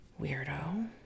Weirdo